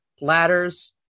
ladders